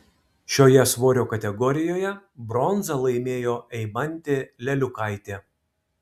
šioje svorio kategorijoje bronzą laimėjo eimantė leliukaitė